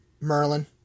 Merlin